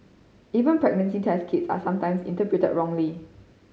even pregnancy test kits are sometimes interpreted wrongly